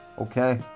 Okay